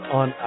on